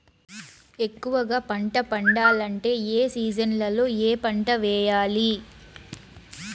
ఎక్కువగా పంట పండాలంటే ఏ సీజన్లలో ఏ పంట వేయాలి